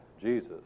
Jesus